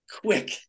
quick